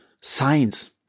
science